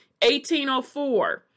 1804